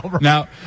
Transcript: Now